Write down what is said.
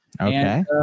Okay